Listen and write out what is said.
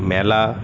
মেলা